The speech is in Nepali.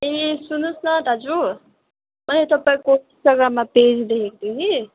ए सुन्नुहोस् न दाजु मैले तपाईँको इन्स्टाग्राममा पेज देखेको थिएँ कि